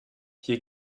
hier